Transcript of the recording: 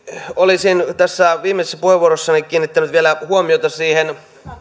olisin tässä viimeisessä puheenvuorossani kiinnittänyt vielä huomiota siihen